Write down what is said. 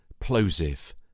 plosive